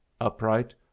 upright